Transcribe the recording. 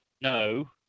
no